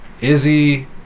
Izzy